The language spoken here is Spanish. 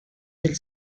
del